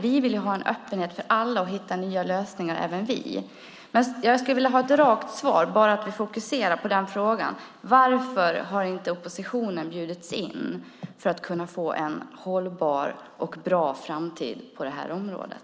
Vi vill ha en öppenhet för alla och hitta nya lösningar, även vi. Jag skulle vilja fokusera på en fråga och ha ett rakt svar: Varför har inte oppositionen bjudits in för samtal för att få en hållbar och bra framtid på det här området?